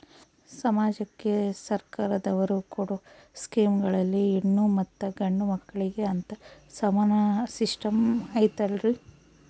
ಸಮಾಜಕ್ಕೆ ಸರ್ಕಾರದವರು ಕೊಡೊ ಸ್ಕೇಮುಗಳಲ್ಲಿ ಹೆಣ್ಣು ಮತ್ತಾ ಗಂಡು ಮಕ್ಕಳಿಗೆ ಅಂತಾ ಸಮಾನ ಸಿಸ್ಟಮ್ ಐತಲ್ರಿ?